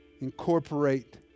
incorporate